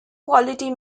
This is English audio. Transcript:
quality